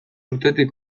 urtetik